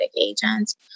agents